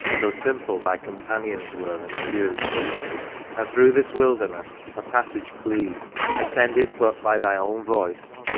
though simple thy companions were and few and through this wilderness a passage cleave attended but by thy own voice,